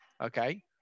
okay